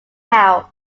house